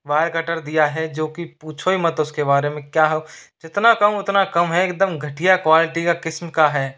wire cutter दिया है जो की पूछो ही मत उसके बारे में क्या हो जितना कहूँ उतना कम है एकदम घटिया क्वालिटी किस्म का है